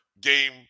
game